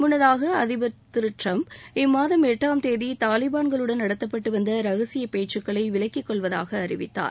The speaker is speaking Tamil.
முன்னதாக அதிபர் டிரம்ப் இம்மாதம் எட்டாம் தேதி தாலிபான்களுடன் நடத்தப்பட்டு வந்த ரகசிய பேச்சுக்களை விலக்கிக்கொள்வதாக அறிவித்தார்